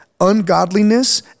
ungodliness